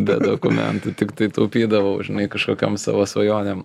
be dokumentų tiktai taupydavau žinai kažkokiom savo svajonėm